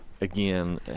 again